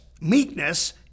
meekness